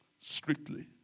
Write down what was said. strictly